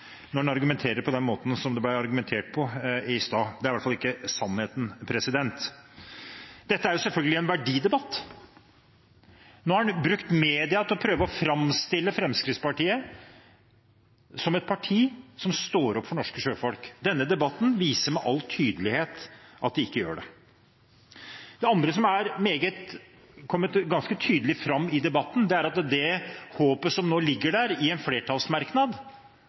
når man argumenterer på den måten som det ble gjort i sted. Det var i hvert fall ikke sannheten. Dette er selvfølgelig en verdidebatt. Man har brukt media til å prøve å framstille Fremskrittspartiet som et parti som står opp for norske sjøfolk. Denne debatten viser med all tydelighet at de ikke gjør det. Det andre som har kommet ganske tydelig fram i debatten, er at det håpet som ligger i en flertallsmerknad,